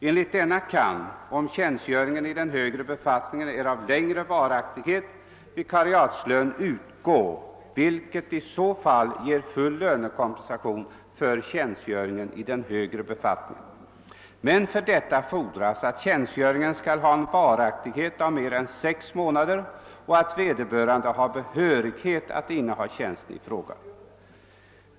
Enligt denna kan om tjänstgöringen i den högre befattningen är av längre varaktighet vikariatslön utgå, vilket i så fall ger full lönekompensation för tjänstgöringen i den högre befattningen. Men för detta fordras att tjänstgöringen skall ha en varaktighet av mer än sex månader och att vederbörande har behörighet att inneha tjänsten i fråga.